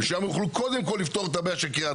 ושם יוכלו קודם כול לפתור את הבעיה של קריית